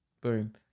Boom